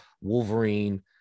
Wolverine